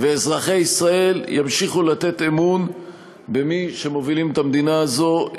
ואזרחי ישראל ימשיכו לתת אמון במי שמובילים את המדינה הזאת,